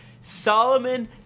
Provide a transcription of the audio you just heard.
Solomon